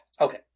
Okay